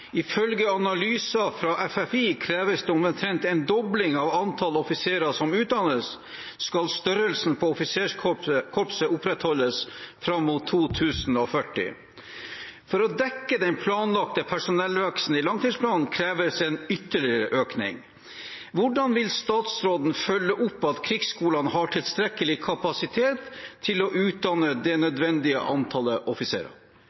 Ifølge analyser fra FFI kreves det omtrent en dobling av antall offiserer som utdannes, skal størrelsen på offiserskorpset opprettholdes fram mot 2040. For å dekke den planlagte personellveksten i langtidsplanen kreves en ytterligere økning. Hvordan vil statsråden følge opp at krigsskolene har tilstrekkelig kapasitet til å utdanne det nødvendige antall offiserer?»